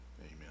Amen